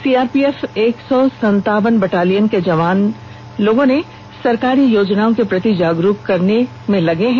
CRPF एक सौ सनतावन बटालियन के जवान लोगों को सरकारी योजनाओं के प्रति जागरूक करने में भी लगे हैं